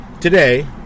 today